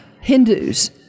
Hindus